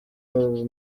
mwe